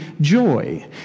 joy